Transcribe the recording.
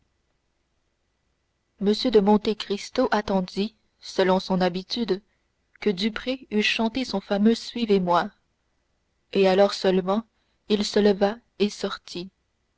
m de monte cristo attendit selon son habitude que duprez eût chanté son fameux suivez-moi et alors seulement il se leva et sortit